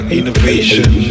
innovation